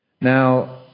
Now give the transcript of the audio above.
Now